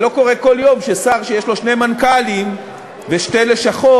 זה לא קורה כל יום ששר שיש לו שני מנכ"לים ושתי לשכות